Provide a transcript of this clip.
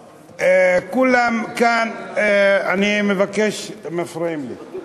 כולם כאן, אני מבקש, מפריעים לי.